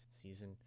season